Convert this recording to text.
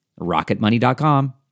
Rocketmoney.com